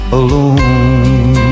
alone